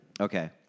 Okay